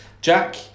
Jack